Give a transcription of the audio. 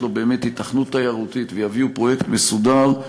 לו באמת היתכנות תיירותית ויביאו פרויקט מסודר,